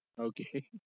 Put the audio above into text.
Okay